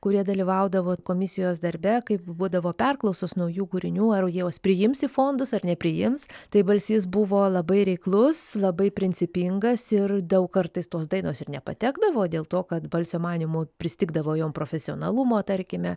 kurie dalyvaudavo komisijos darbe kaip būdavo perklausos naujų kūrinių ar juos priims į fondus ar nepriims tai balsys buvo labai reiklus labai principingas ir daug kartais tos dainos ir nepatekdavo dėl to kad balsio manymu pristigdavo jom profesionalumo tarkime